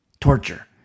torture